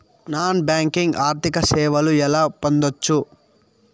Non banking ఆర్థిక సేవలు ఎలా పొందొచ్చు?